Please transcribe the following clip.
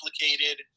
complicated